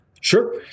sure